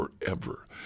forever